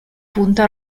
punta